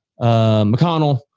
McConnell